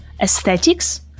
Aesthetics